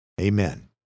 Amen